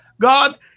God